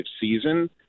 season